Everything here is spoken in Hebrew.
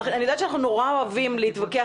אני יודעת שאנחנו מאוד אוהבים להתווכח